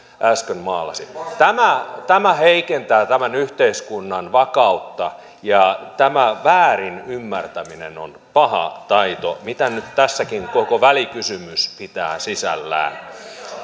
äsken maalasi tämä tämä heikentää tämän yhteiskunnan vakautta ja tämä väärin ymmärtäminen on paha taito mitä nyt tässäkin koko välikysymys pitää sisällään